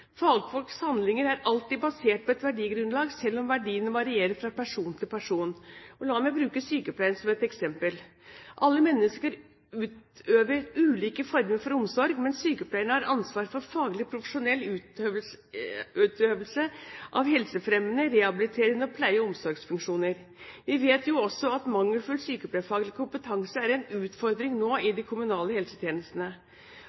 Fagfolks handlinger er alltid basert på et verdigrunnlag, selv om verdiene varierer fra person til person. La meg bruke sykepleien som et eksempel. Alle mennesker utøver ulike former for omsorg, men sykepleierne har ansvar for faglig profesjonell utøvelse av helsefremmende og rehabiliterende pleie- og omsorgsfunksjoner. Vi vet jo også at mangelfull sykepleiefaglig kompetanse er en utfordring nå i